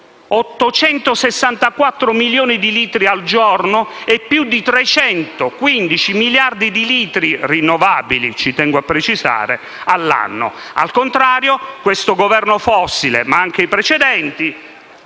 864 milioni di litri al giorno e più di 315 miliardi di litri rinnovabili all'anno. Al contrario, questo Governo fossile, ma anche i precedenti,